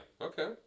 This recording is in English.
Okay